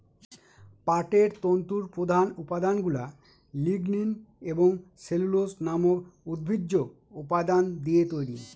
পাটের তন্তুর প্রধান উপাদানগুলা লিগনিন এবং সেলুলোজ নামক উদ্ভিজ্জ উপাদান দিয়ে তৈরি